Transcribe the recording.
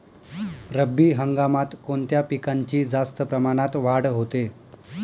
रब्बी हंगामात कोणत्या पिकांची जास्त प्रमाणात वाढ होते?